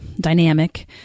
dynamic